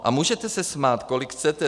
A můžete se smát, kolik chcete.